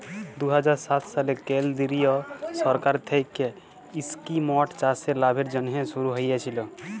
দু হাজার সাত সালে কেলদিরিয় সরকার থ্যাইকে ইস্কিমট চাষের লাভের জ্যনহে শুরু হইয়েছিল